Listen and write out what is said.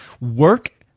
work